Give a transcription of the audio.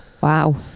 Wow